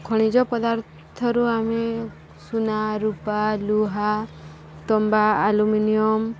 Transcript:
ଖଣିଜ ପଦାର୍ଥରୁ ଆମେ ସୁନା ରୂପା ଲୁହା ତମ୍ବା ଆଲୁମିନିୟମ